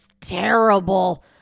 terrible